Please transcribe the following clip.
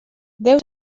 déu